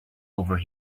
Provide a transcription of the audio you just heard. over